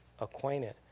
acquainted